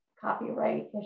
copyright